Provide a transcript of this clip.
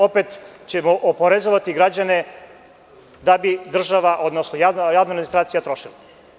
Opet ćemo oporezovati građane da bi država, odnosno javna administracija trošila.